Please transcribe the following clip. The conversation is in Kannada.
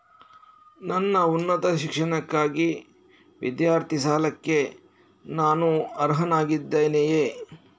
ನನ್ನ ಉನ್ನತ ಶಿಕ್ಷಣಕ್ಕಾಗಿ ವಿದ್ಯಾರ್ಥಿ ಸಾಲಕ್ಕೆ ನಾನು ಅರ್ಹನಾಗಿದ್ದೇನೆಯೇ?